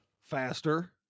Faster